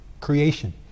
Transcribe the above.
creation